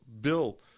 bill